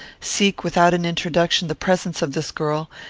seek without an introduction the presence of this girl,